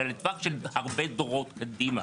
אלא לטווח של הרבה דורות קדימה.